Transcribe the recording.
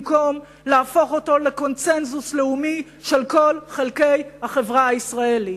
במקום להפוך אותו לקונסנזוס לאומי של כל חלקי החברה הישראלית.